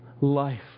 life